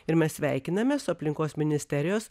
ir mes sveikiname su aplinkos ministerijos